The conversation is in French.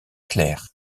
clercs